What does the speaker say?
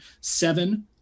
seven